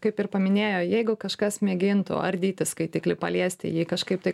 kaip ir paminėjo jeigu kažkas mėgintų ardyti skaitiklį paliesti jį kažkaip tai